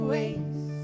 Ways